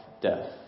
death